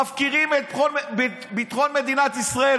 מפקירים את ביטחון מדינת ישראל.